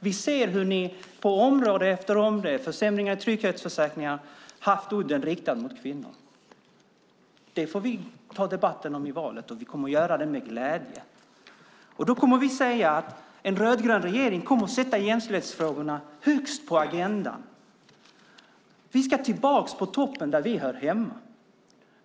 Vi ser hur regeringen på område efter område, bland annat genom försämringar i trygghetsförsäkringarna, haft udden riktad mot kvinnor. Det får vi ta debatt om i valrörelsen. Vi kommer att göra det med glädje. Då kommer vi att säga att en rödgrön regering kommer att sätta jämställdhetsfrågorna högst på agendan. Vi ska tillbaka till toppen där vi hör hemma.